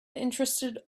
interested